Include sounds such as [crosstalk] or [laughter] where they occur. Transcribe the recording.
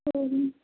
[unintelligible]